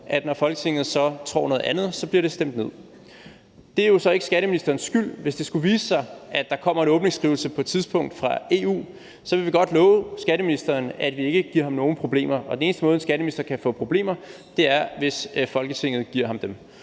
at når Folketinget så tror noget andet, bliver det stemt ned. Det er jo så ikke skatteministerens skyld, hvis det skulle vise sig, at der kommer en åbningsskrivelse på et tidspunkt fra EU. Så vil vi godt love skatteministeren, at vi ikke giver ham nogen problemer, og den eneste måde, en skatteminister kan få problemer på, er, hvis Folketinget giver ham dem.